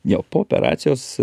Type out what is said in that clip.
jo po operacijos